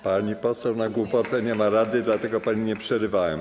Pani poseł, na głupotę nie ma rady, dlatego pani nie przerywałem.